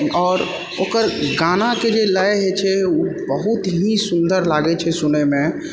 आओर ओकर गानाके जे लय हइ छै ओ बहुत ही सुन्दर लागै छै सुनैमे